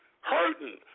hurting